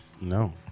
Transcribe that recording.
No